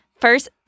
First